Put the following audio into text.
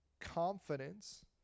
confidence